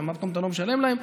מה פתאום אתה לא משלם להם?